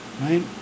Right